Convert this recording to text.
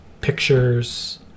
pictures